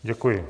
Děkuji.